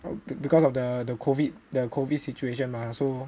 but because of the the COVID the COVID situation mah so